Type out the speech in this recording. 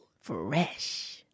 Fresh